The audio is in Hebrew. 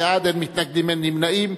22 בעד, אין מתנגדים, אין נמנעים.